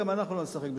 גם אנחנו לא נשחק בשבת.